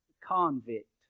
convict